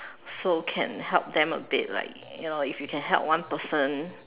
so can help them a bit like you know if you can help one person